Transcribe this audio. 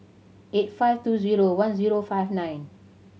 eight five two zero one zero five nine